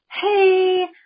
Hey